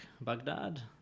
Baghdad